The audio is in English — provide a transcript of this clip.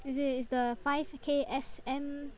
is it it's the five K S M